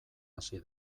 hasi